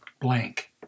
blank